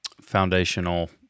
foundational